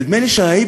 נדמה לי שההיבריס,